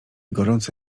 gorąco